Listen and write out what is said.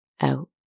out